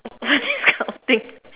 that kind of thing